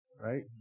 right